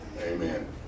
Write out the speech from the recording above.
Amen